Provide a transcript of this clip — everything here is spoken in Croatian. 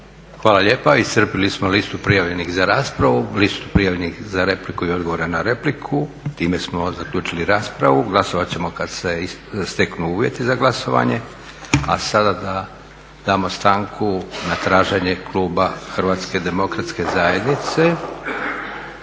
Hvala lijepa. Iscrpili smo listu prijavljenih za raspravu, listu prijavljenih za repliku i odgovore na repliku. Time smo zaključili raspravu. Glasovat ćemo kad se steknu uvjeti za glasovanje. **Leko, Josip (SDP)** Lista kandidata za